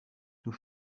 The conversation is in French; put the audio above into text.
nous